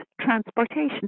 transportation